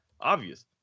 obvious